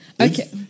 Okay